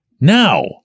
now